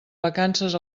vacances